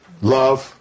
love